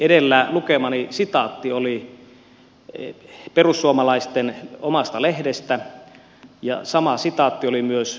edellä lukemani sitaatti oli perussuomalaisten omasta lehdestä ja sama sitaatti oli myös ylellä